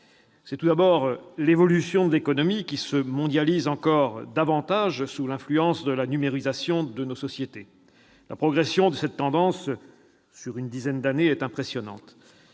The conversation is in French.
C'est tout d'abord l'évolution de l'économie, qui se mondialise encore davantage sous l'influence de la numérisation de nos sociétés. La progression de cette tendance sur une dizaine d'années est impressionnante.